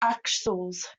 axles